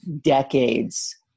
decades